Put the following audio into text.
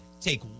take